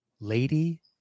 Lady